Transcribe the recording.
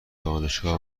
دانشگاه